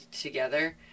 together